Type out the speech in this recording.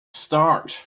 start